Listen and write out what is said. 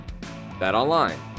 BetOnline